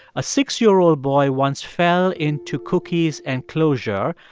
a six year old boy once fell into cookie's enclosure.